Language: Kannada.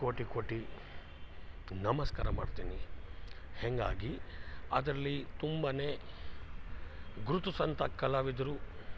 ಕೋಟಿ ಕೋಟಿ ನಮಸ್ಕಾರ ಮಾಡ್ತೀನಿ ಹಂಗಾಗಿ ಅದರಲ್ಲಿ ತುಂಬನೇ ಗುರ್ತಿಸೊಂಥ ಕಲಾವಿದರು